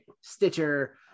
Stitcher